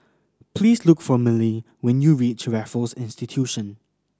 please look for Milly when you reach Raffles Institution